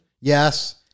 yes